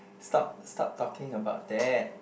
stop stop talking about that